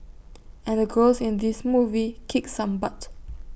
and the girls in this movie kick some butt